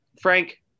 Frank